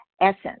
essence